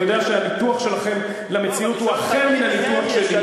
אני יודע שהניתוח שלכם של המציאות הוא אחר מן הניתוח שלי,